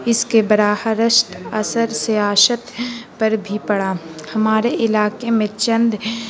اس کے براہ راست اثر سیاست پر بھی پڑا ہمارے علاقے میں چند